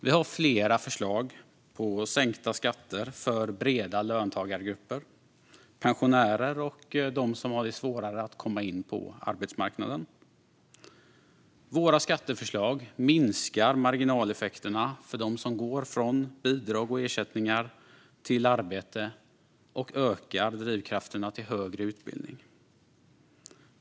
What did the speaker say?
Vi har flera förslag på sänkta skatter för breda löntagargrupper, pensionärer och dem som har det svårare att komma in på arbetsmarknaden. Våra skatteförslag minskar marginaleffekterna för dem som går från bidrag och ersättningar till arbete och ökar drivkrafterna till högre utbildning.